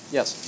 Yes